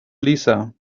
lisa